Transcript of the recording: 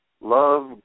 Love